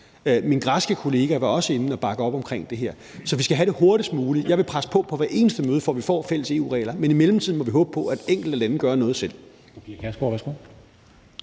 Min græske kollega var også inde og bakke op omkring det her. Så vi skal have det hurtigst muligt. Jeg vil presse på på hvert eneste møde, for at vi får fælles EU-regler, men i mellemtiden må vi håbe på, at enkelte lande gør noget selv.